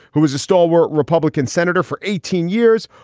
who was a stalwart republican senator for eighteen years.